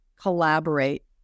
collaborate